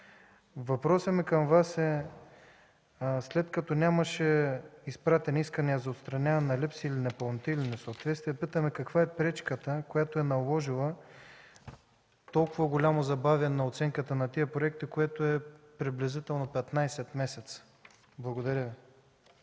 Въпросът ми към Вас е: след като нямаше изпратени искания за отстраняване на липси, непълноти или несъответствия, питаме каква е пречката, която е наложила толкова голямо забавяне на оценката на тези проекти, което е приблизително 15 месеца? Благодаря Ви.